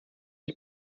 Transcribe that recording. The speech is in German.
ich